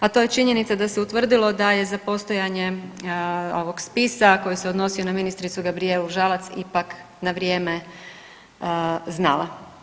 A to je činjenica da se utvrdilo da je za postojanje ovog spisa koji se odnosio na ministricu Gabrijelu Žalac ipak na vrijeme znala.